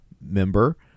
member